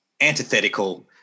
antithetical